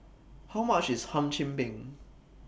How much IS Hum Chim Peng